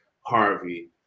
Harvey